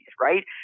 right